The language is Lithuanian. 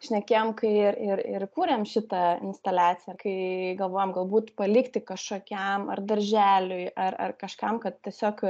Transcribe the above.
šnekėjom ir ir ir kūrėm šitą instaliaciją kai galvojom galbūt palikti kažkokiam ar darželiui ar ar kažkam kad tiesiog